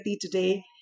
today